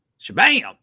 Shabam